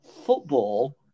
Football